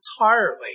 entirely